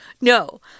No